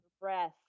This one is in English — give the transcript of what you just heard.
breath